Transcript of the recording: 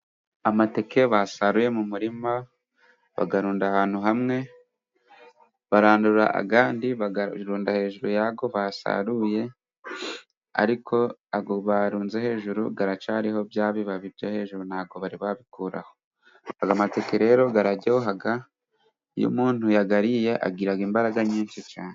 Amateke basaruye mu murima bayarunda ahantu hamwe, barandura ayandi bayarunda hejuru y'ako basaruye, ariko ayo barunze hejuru aracyariho bya bibabi byo hejuru, ntabwo bari babikuraho. Ayo mateke rero araryoha, iyo umuntu yayariye agira imbaraga nyinshi cyane.